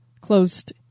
closed